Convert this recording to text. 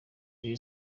rayon